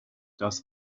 does